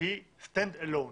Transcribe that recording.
היא סטנדט אלון.